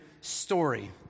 story